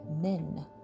men